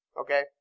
okay